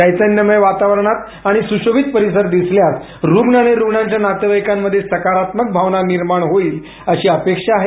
चैतन्यमय वातावरण आणि सृशोभित परिसर दिसल्यास रुग्ण आणि रुग्णांच्या नातेवाईकांमध्ये सकारात्मक भावना निर्माण होईल अशी अपेक्षा आहे